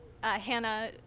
Hannah